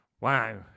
Wow